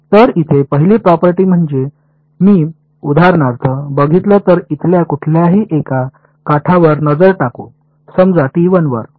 तर इथली पहिली प्रॉपर्टी म्हणजे मी उदाहरणार्थ बघितलं तर इथल्या कुठल्याही एका काठावर नजर टाकू समजा वर